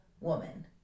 woman